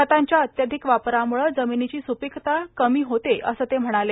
खतांच्या अत्याधिक वापरामुळं जमिनीची सुपिकता कमी होते असं ते म्हणाले